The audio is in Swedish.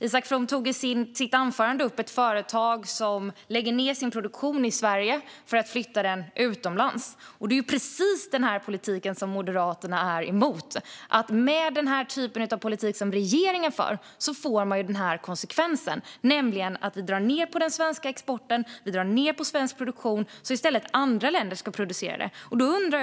Isak From tog i sitt anförande upp ett företag som lägger ned sin produktion i Sverige för att flytta den utomlands. Det är precis den politiken som Moderaterna är emot. Men den typ av politik som regeringen för får man den här konsekvensen: Vi drar ned på den svenska exporten och på svensk produktion så att i stället andra länder ska producera.